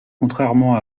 contrairement